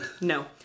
No